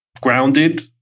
Grounded